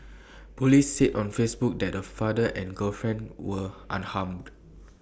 Police said on Facebook that the father and girlfriend were unharmed